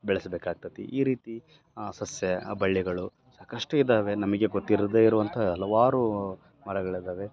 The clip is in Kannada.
ಬೆಳಸ್ಬೇಕಾಗ್ತತಿ ಈ ರೀತಿ ಸಸ್ಯ ಬಳ್ಳಿಗಳು ಸಾಕಷ್ಟು ಇದ್ದಾವೆ ನಮಗೆ ಗೊತ್ತಿರದೇ ಇರುವಂಥ ಹಲವಾರು ಮರಗಳಿದ್ದಾವೆ